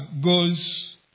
goes